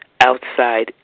outside